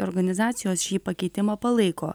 organizacijos šį pakeitimą palaiko